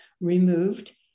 removed